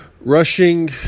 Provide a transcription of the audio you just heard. rushing